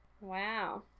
Wow